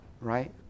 right